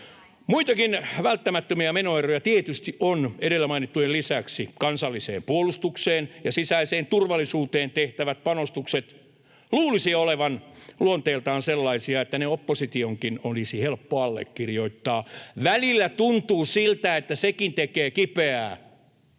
Muitakin välttämättömiä menoeriä tietysti on edellä mainittujen lisäksi. Kansalliseen puolustukseen ja sisäiseen turvallisuuteen tehtävien panostusten luulisi olevan luonteeltaan sellaisia, että ne oppositionkin olisi helppo allekirjoittaa. Välillä tuntuu siltä, että sekin tekee kipeää.